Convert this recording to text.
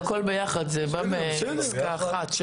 זה הכל ביחד, זה בא בפסקה אחת.